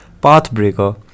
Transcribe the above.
pathbreaker